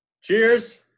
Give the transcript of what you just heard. Cheers